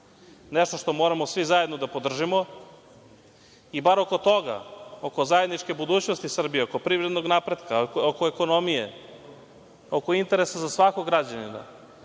nešto što moramo svi zajedno da podržimo i bar oko toga, oko zajedničke budućnosti Srbije, oko privrednog napretka, oko ekonomije, oko interesa za svakog građanina,